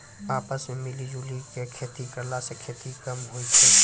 आपस मॅ मिली जुली क खेती करला स खेती कम होय छै